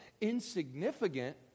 insignificant